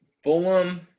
Fulham